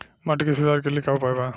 माटी के सुधार के लिए का उपाय बा?